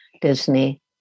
Disney